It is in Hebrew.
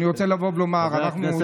אני רוצה לבוא ולומר: אנחנו,